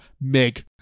Meg